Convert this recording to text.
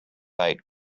eight